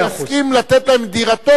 שיסכים לתת להם דירתו,